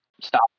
stop